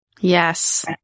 Yes